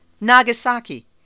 Nagasaki